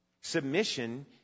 Submission